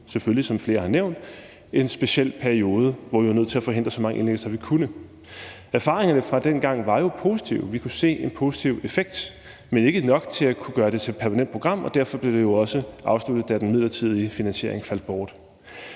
og dø i en, som flere har nævnt, speciel periode, hvor vi var nødt til at forhindre så mange indlæggelser, vi kunne. Erfaringerne fra dengang var jo positive. Vi kunne se en positiv effekt, men ikke nok til at kunne gøre det til et permanent program, og derfor blev det jo også afsluttet, da den midlertidige finansiering faldt bort.